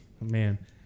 man